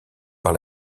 par